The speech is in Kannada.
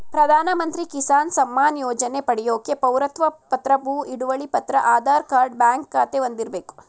ಪ್ರಧಾನಮಂತ್ರಿ ಕಿಸಾನ್ ಸಮ್ಮಾನ್ ಯೋಜನೆ ಪಡ್ಯೋಕೆ ಪೌರತ್ವ ಪತ್ರ ಭೂ ಹಿಡುವಳಿ ಪತ್ರ ಆಧಾರ್ ಕಾರ್ಡ್ ಬ್ಯಾಂಕ್ ಖಾತೆ ಹೊಂದಿರ್ಬೇಕು